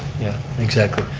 yeah, exactly.